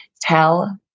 Tell